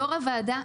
יושב-ראש הוועדה,